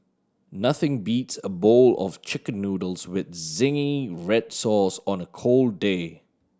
nothing beats a bowl of Chicken Noodles with zingy red sauce on a cold day